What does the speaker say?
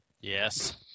Yes